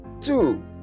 Two